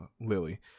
Lily